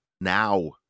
now